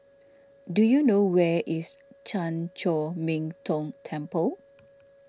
do you know where is Chan Chor Min Tong Temple